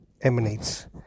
emanates